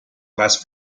más